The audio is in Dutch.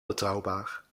betrouwbaar